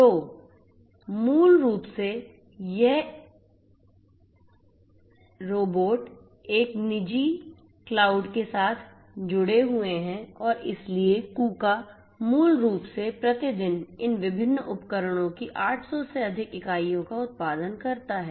तो मूल रूप से ये रोबोट एक निजी क्लाउड के साथ जुड़े हुए हैं और इसलिए कूका मूल रूप से प्रति दिन इन विभिन्न उपकरणों की 800 से अधिक इकाइयों का उत्पादन करता है